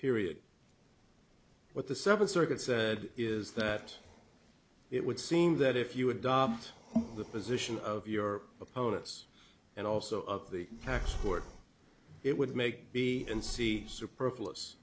period with the seventh circuit said is that it would seem that if you adopt the position of your opponents and also of the passport it would make b and c superfluous